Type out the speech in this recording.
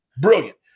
Brilliant